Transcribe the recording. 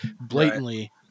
blatantly